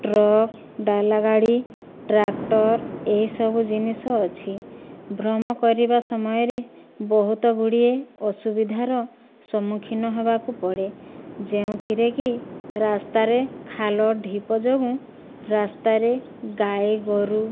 truck ଡାଲାଗାଡ଼ି tractor ଏଇସବୁ ଜିନିଷ ଅଛି ଭ୍ରମଣ କରିବା ସମୟରେ ବହୁତ ଗୁଡ଼ିଏ ଅସୁବିଧାର ସମ୍ମୁଖୀନ ହେବାକୁ ପଡ଼େ ଯେଉଁଥିରେକି ରାସ୍ତାରେ ଖାଲଢିପ ଯୋଗୁଁ ରାସ୍ତାରେ ଗାଈଗୋରୁ